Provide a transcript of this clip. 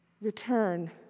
return